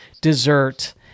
dessert